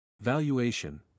Valuation